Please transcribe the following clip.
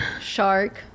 shark